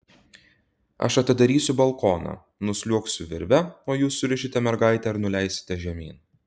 aš atidarysiu balkoną nusliuogsiu virve o jūs surišite mergaitę ir nuleisite žemyn